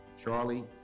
Charlie